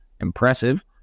impressive